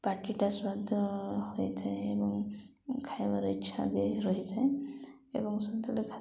ପାଟିଟା ସ୍ୱାଦ ହୋଇଥାଏ ଏବଂ ଖାଇବାର ଇଚ୍ଛା ବି ରହିଥାଏ ଏବଂ